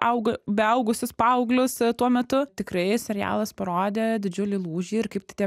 auga beaugusius paauglius tuo metu tikrai serialas parodė didžiulį lūžį ir kaip tai